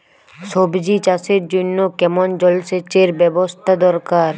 সবজি চাষের জন্য কেমন জলসেচের ব্যাবস্থা দরকার?